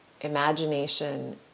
imagination